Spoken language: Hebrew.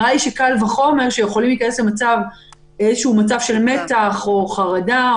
קל וחומר שהם יכולים להיכנס לאיזשהו מצב של מתח או חרדה.